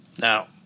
Now